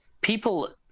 people